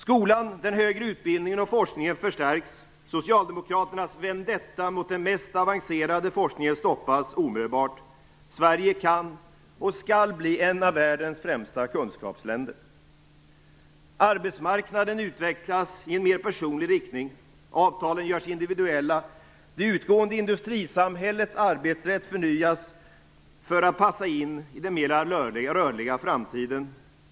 Skolan, den högre utbildningen och forskningen förstärks. Socialdemokraternas vendetta mot den mest avancerade forskningen stoppas omedelbart. Sverige kan och skall bli ett av världens främsta kunskapsländer. Arbetsmarknaden utvecklas i en mer personlig riktning. Avtalen görs individuella. Det utgående industrisamhällets arbetsrätt förnyas för att passa in i den mera rörliga framtiden.